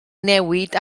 newid